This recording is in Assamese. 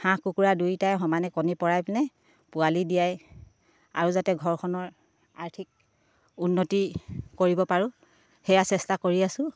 হাঁহ কুকুৰা দুইটাই সমানে কণী পৰাই পিনে পোৱালি দিয়াই আৰু যাতে ঘৰখনৰ আৰ্থিক উন্নতি কৰিব পাৰোঁ সেয়া চেষ্টা কৰি আছোঁ